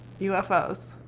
UFOs